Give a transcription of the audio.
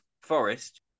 forest